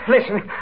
Listen